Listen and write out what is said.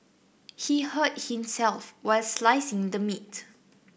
he hurt himself while slicing the meat